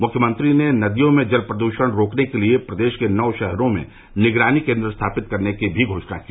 मुख्यमंत्री ने नदियों में जल प्रदृषण रोकने के लिए प्रदेश के नौ शहरो में निगरानी केन्द्र स्थापित करने की भी घोषणा की